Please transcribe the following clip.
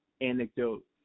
anecdote